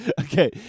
Okay